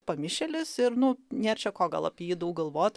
pamišėlis ir nu nėr čia ko gal apie jį daug galvot